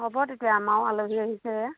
হ'ব তেতিয়া আমাৰো আলহী আহিছে এয়া